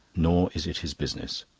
nor is it his business.